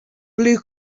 blue